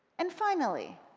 and finally,